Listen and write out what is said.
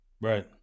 Right